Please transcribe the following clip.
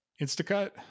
Instacut